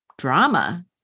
drama